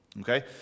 Okay